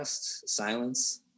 silence